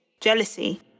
jealousy